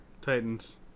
Titans